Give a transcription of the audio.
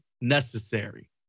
necessary